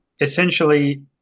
Essentially